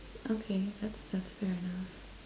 okay that's that's fair enough